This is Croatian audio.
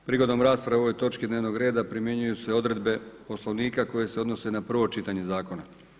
Prigodom rasprave o ovoj točki dnevnog reda primjenjuju se odredbe Poslovnika koje se odnose na prvo čitanje zakona.